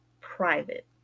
private